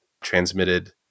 transmitted